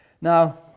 Now